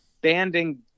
banding